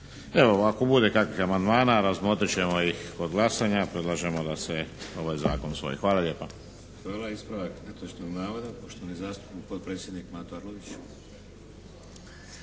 Evo, ako bude kakvih amandmana, razmotrit ćemo ih kod glasanja. Predlažemo da se ovaj zakon usvoji. Hvala lijepa. **Šeks, Vladimir (HDZ)** Hvala. Ispravak netočnog navoda, poštovani zastupnik potpredsjednik Mato Arlović.